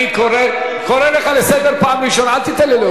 אתה חייב להתפרץ בצורה,